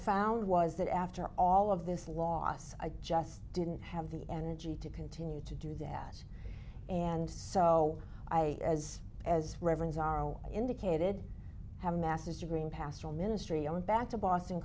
found was that after all of this loss i just didn't have the energy to continue to do that and so i as as reverends our own indicated have a master's degree in pastoral ministry i went back to boston